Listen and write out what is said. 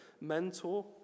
mentor